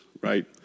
right